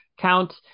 Count